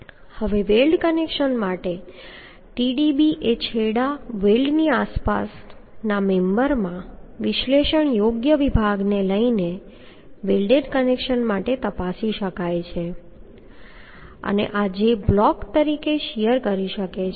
હવે weld connections માટે Tdb એ છેડા વેલ્ડની આસપાસના મેમ્બરમાં વિશ્લેષણ યોગ્ય વિભાગ લઈને વેલ્ડેડ કનેક્શન્સ માટે તપાસી શકાય છે અને આ જે બ્લોક તરીકે શીયર કરી શકે છે